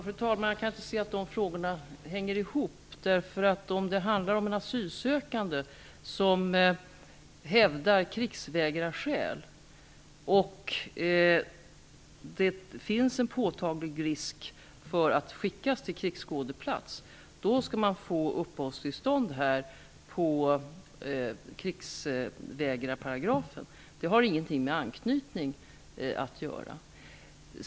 Fru talman! Jag kan inte se att de frågorna hänger ihop. Om det handlar om en asylsökande som hävdar krigsvägrarskäl, och det finns en påtaglig risk för att den asylsökande skickas till krigsskådeplats, skall han få uppehållstillstånd här, enligt krigsvägrarparagrafen. Det har inget med anknytning att göra.